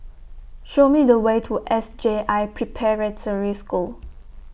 Show Me The Way to S J I Preparatory School